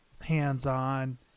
hands-on